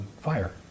fire